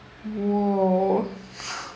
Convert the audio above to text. !whoa!